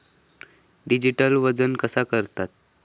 Digital वजन कसा करतत?